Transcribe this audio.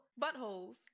buttholes